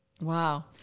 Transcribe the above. Wow